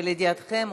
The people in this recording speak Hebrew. ולידיעתכם,